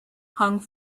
hung